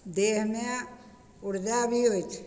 देहमे उर्जा भी होइ छै